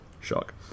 Shock